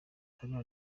haruna